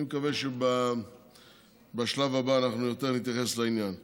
אני מקווה שבשלב הבא נתייחס לעניין יותר.